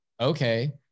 Okay